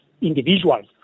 individuals